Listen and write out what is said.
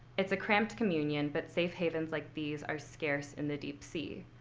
it's a cramped communion, but safe havens like these are scarce in the deep sea.